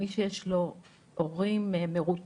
מי שיש לו הורים מרותקים,